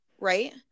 right